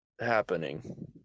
happening